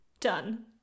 Done